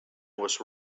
was